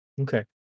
Okay